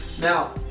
now